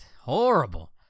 Horrible